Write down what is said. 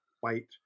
white